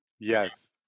Yes